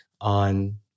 on